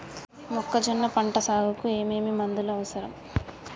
మొక్కజొన్న పంట సాగుకు ఏమేమి మందులు అవసరం?